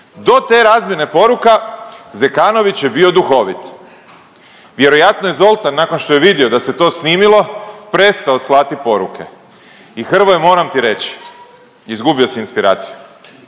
Do te razmjene poruka Zekanović je bio duhovit. Vjerojatno je Zoltan nakon što je vidio da se to snimilo prestao slati poruke i Hrvoje moram ti reći izgubio si inspiraciju,